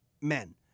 men